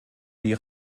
die